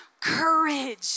courage